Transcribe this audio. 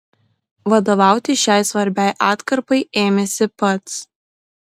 vadovauti šiai svarbiai atkarpai ėmėsi pats